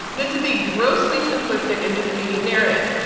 this is a grossly simplistic and misleading narrative.